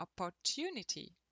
opportunity